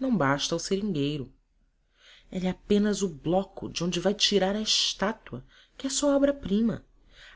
não basta ao seringueiro é-lhe apenas o bloco de onde vai tirar a estátua que é a sua obra-prima